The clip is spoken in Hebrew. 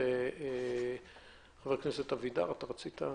חבר הכנסת סער, בבקשה.